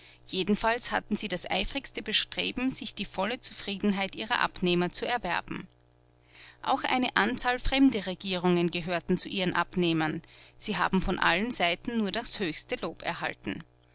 jedenfalls hatten sie das eifrigste bestreben sich die volle zufriedenheit ihrer abnehmer zu erwerben auch eine anzahl fremde regierungen gehörten zu ihren abnehmern sie haben von allen seiten nur das höchste lob erhalten